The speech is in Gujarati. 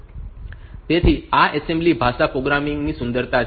તો આ એસેમ્બલી ભાષા પ્રોગ્રામિંગ ની સુંદરતા છે